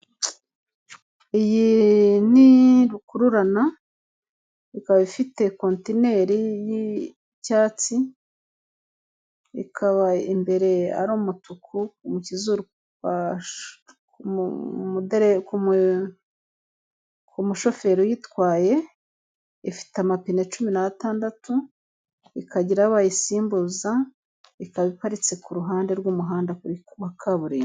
Muri kaburimbo, harimo imodoka ndende ya rukururana. Iyi modoka ifite ibara ry'icyatsi ku gice cy'inyuma, ndetse n'ibara ry'umutuku ku gice cy'imbere. Hirya y'iyi modoka hateye ibiti.